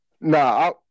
Nah